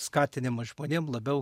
skatinimas žmonėm labiau